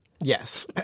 yes